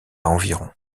environ